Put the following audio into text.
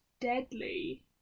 deadly